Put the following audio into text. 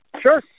sure